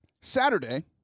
Saturday